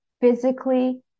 physically